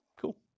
Cool